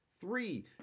Three